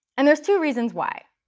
and there's two reasons why.